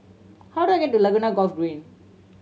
how do I get to Laguna Golf Green